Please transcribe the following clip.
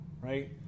right